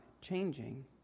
changing